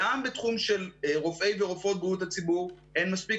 גם בתחום של רופאי ורופאות בריאות הציבור אין מספיק,